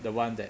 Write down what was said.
the one that